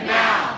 now